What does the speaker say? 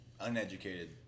uneducated